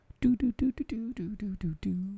Do-do-do-do-do-do-do-do-do